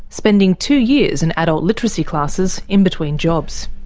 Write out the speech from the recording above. spending two years in adult literacy classes in between jobs.